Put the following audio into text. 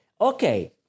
Okay